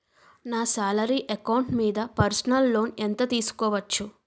నా salary account మీద personal loan ఎంత తీసుకోవచ్చు?